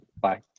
Bye